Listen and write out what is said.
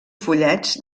fullets